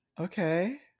Okay